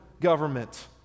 government